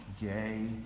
gay